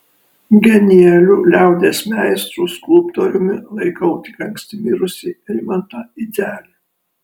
genialiu liaudies meistru skulptoriumi laikau tik anksti mirusį rimantą idzelį